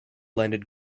landed